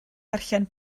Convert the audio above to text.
darllen